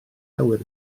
awyr